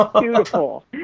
Beautiful